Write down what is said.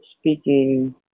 speaking